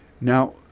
Now